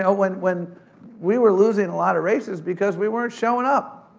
know. when when we were losin' a lot of races because we weren't showin' up.